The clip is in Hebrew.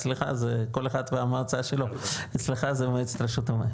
כל אחד והמועצה שלו אצלך זה מועצת רשות המים.